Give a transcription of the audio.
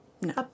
No